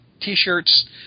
T-shirts